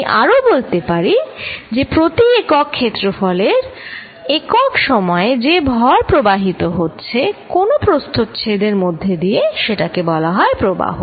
আমি আরো বলতে পারি যে প্রতি একক ক্ষেত্রফলের একক সময়ে যে ভর প্রবাহিত হচ্ছে কোন প্রস্থচ্ছেদ এর মধ্য দিয়ে সেটা বলা যায় প্রবাহ